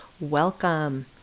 welcome